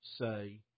say